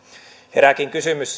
herääkin kysymys